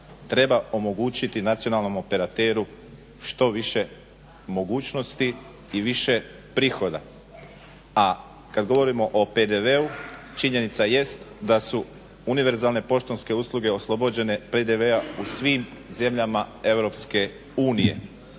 treba omogućiti nacionalnom operateru što više mogućnosti i više prihoda. A kad govorimo o PDV-u činjenica jest da su univerzalne poštanske usluge oslobođene PDV-a u svim zemljama